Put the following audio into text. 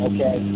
Okay